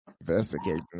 investigating